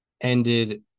ended